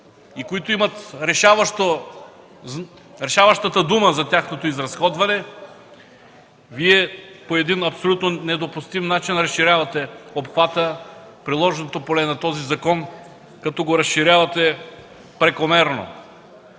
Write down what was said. и които имат решаващата дума за тяхното изразходване, Вие по абсолютно недопустим начин разширявате обхвата, приложното поле на този закон, като го разширявате прекомерно.